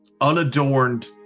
unadorned